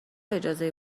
اجازه